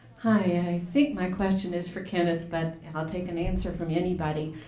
i think my question is for kenneth, but and i'll take an answer from anybody.